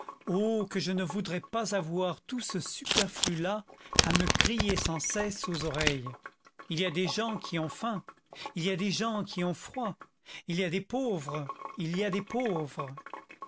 que je ne voudrais pas avoir tout ce superflu là à me crier sans cesse aux oreilles il y a des gens qui ont faim il y a des gens qui ont froid il y a des pauvres il y a des pauvres